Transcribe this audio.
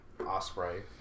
Osprey